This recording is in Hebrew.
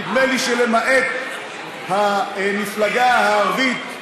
נדמה לי שלמעט המפלגה הערבית,